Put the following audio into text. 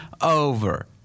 over